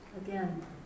again